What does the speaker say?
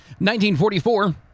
1944